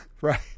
Right